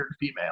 female